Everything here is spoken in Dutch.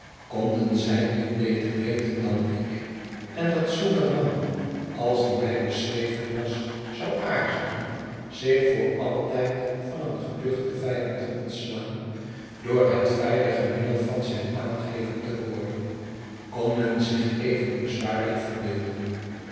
konden zij niet beter weten dan ik en dat zulk een man als die mij beschreven was zou aarzelen zich voor altijd van een geduchten vijand te ontslaan door het veilige middel van zijn aangever te worden kon men zich even bezwaarlijk verbeelden